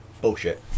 bullshit